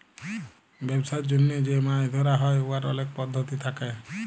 ব্যবসার জ্যনহে যে মাছ ধ্যরা হ্যয় উয়ার অলেক পদ্ধতি থ্যাকে